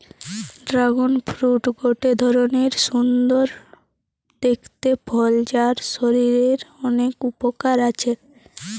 dragon fruit গটে ধরণের সুন্দর দেখতে ফল যার শরীরের অনেক উপকার আছে